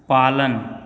पालन